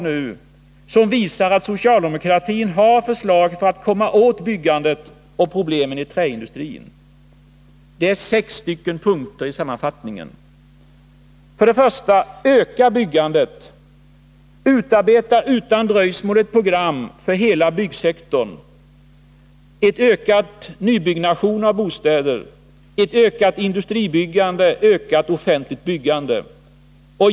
De visar att socialdemokratin har förslag för att komma åt problemen i träindustrin och öka byggandet. 1. Öka byggandet! Utarbeta utan dröjsmål ett program för hela byggsektorn, för en ökad nybyggnation av bostäder, för ett ökat industribyggande och för ökat offentlig byggande!